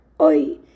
oi